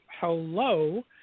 Hello